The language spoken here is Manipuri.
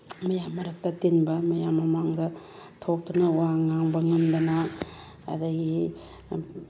ꯃꯌꯥꯝ ꯃꯔꯛꯇ ꯇꯤꯟꯕ ꯃꯌꯥꯝ ꯃꯃꯥꯡꯗ ꯊꯣꯛꯇꯅ ꯋꯥ ꯉꯥꯡꯕ ꯉꯝꯗꯅ ꯑꯗꯒꯤ